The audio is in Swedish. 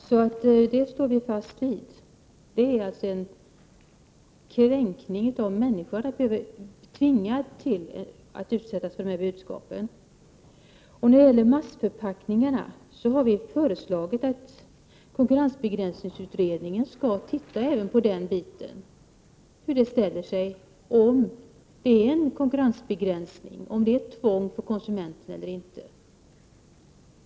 Detta står vi fast vid. Det är en kränkning av människor att tvingas bli utsatta för de här budskapen. När det gäller massförpackningarna har vi föreslagit att konkurrensbegränsningsutredningen skall titta även på den biten för att avgöra om de innebär konkurrensbegränsning, om de är ett tvång för konsumenten eller inte.